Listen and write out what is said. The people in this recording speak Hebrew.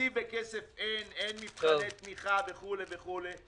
תקציב וכסף אין, אין מבחני תמיכה וכו' וכו'.